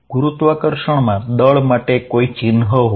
ગુરુત્વાકર્ષણમાં દળની કોઈ સાઈન નથી હોતી